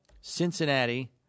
Cincinnati